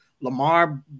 Lamar